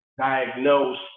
diagnose